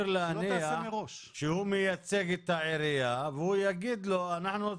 השני מתבהר מתוך השיחה שזה אמור להיות לקוח שאמור היה